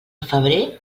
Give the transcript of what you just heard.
febrer